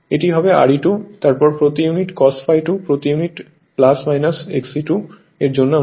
এটি হবে Re₂ তারপর প্রতি ইউনিট cos ∅ 2 প্রতি ইউনিট Xe2 এর জন্য আমরা Sin ∅2 লিখতে পারি